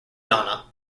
donna